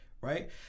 right